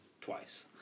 twice